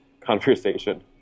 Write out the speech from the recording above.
conversation